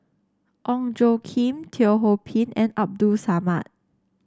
Ong Tjoe Kim Teo Ho Pin and Abdul Samad